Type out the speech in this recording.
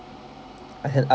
I had I